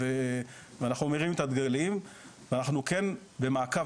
אנחנו מרימים את הדגלים ואנחנו כן במעקב